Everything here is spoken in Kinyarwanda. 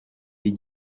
iki